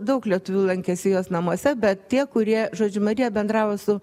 daug lietuvių lankėsi jos namuose bet tie kurie žodžiu marija bendravo su